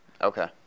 Okay